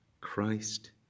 Christ